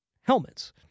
helmets